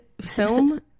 film